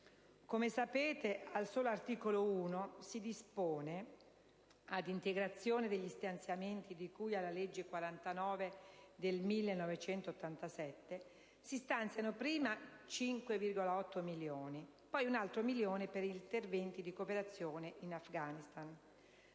Come sapete, al solo articolo 1, ad integrazione degli stanziamenti di cui alla legge n. 49 del 1987, si stanziano prima 5,8 milioni di euro e poi un altro milione di euro per interventi di cooperazione in Afghanistan.